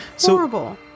Horrible